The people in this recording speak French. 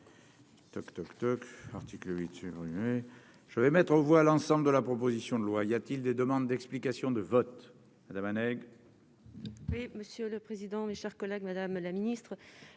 Je vais mettre aux voix l'ensemble de la proposition de loi, y a-t-il des demandes d'explications de vote, madame anez. Monsieur le président, mes chers collègues, Madame la ministre,